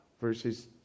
verses